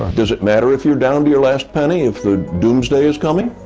does it matter if you're down to your last penny if the doomsday is coming?